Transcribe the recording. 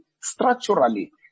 structurally